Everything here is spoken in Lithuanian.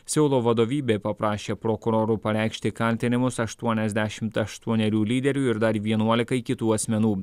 seulo vadovybė paprašė prokurorų pareikšti kaltinimus aštuoniasdešimt aštuonerių lyderiui ir dar vienuolikai kitų asmenų